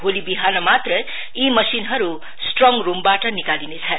भोलि बिहान मात्र यी मशिनहरु स्ट्रङ रुम बाट निकालिनेछन्